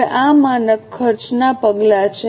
હવે આ માનક ખર્ચ ના પગલાં છે